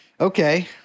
Okay